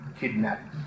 kidnapped